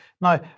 Now